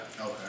Okay